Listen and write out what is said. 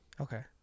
okay